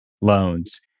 loans